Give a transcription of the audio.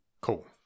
Cool